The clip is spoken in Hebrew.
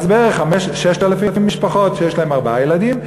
בערך ב-6,000 משפחות יש ארבעה ילדים,